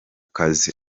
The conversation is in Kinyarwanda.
kazi